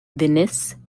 venice